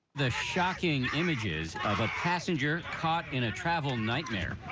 the shocking images of a passenger caught in a travel nightmare.